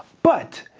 but,